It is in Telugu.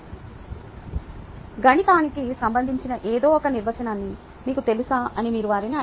ఆపై మీరు ∆x 0 ∆y 0 మరియు ∆z 0 పరిమితిని విధించినప్పుడు గణితానికి సంబంధించిన ఏదో ఒక నిర్వచనాన్ని మీకు తెలుసా అని మీరు వారిని అడగండి